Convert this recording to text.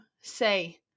say